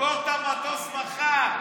תמכור את המטוס מחר.